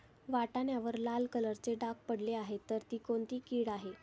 वाटाण्यावर लाल कलरचे डाग पडले आहे तर ती कोणती कीड आहे?